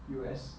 U_S